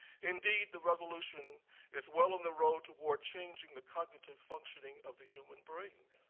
indeed the revolution is well on the road toward changing the cognitive functioning of the human brain.